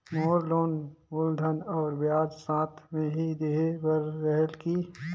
मोर loan मूलधन और ब्याज साथ मे ही देहे बार रेहेल की?